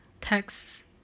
texts